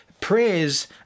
Prayers